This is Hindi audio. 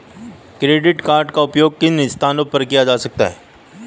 क्रेडिट कार्ड का उपयोग किन स्थानों पर किया जा सकता है?